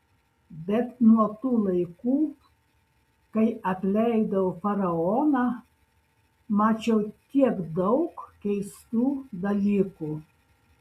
bet nuo tų laikų kai apleidau faraoną mačiau tiek daug keistų dalykų